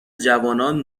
جوانان